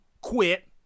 quit